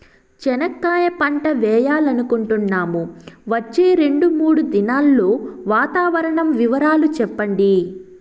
చెనక్కాయ పంట వేయాలనుకుంటున్నాము, వచ్చే రెండు, మూడు దినాల్లో వాతావరణం వివరాలు చెప్పండి?